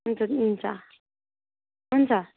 हुन्छ हुन्छ हुन्छ